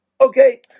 Okay